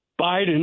biden